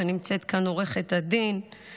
נמצאת כאן עו"ד מימון,